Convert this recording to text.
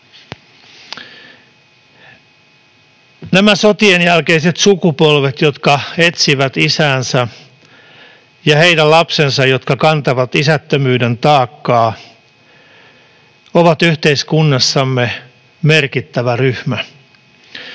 Nämä sotienjälkeiset sukupolvet, jotka etsivät isiänsä, ja heidän lapsensa, jotka kantavat isättömyyden taakkaa, ovat yhteiskunnassamme merkittävä ryhmä.